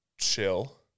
chill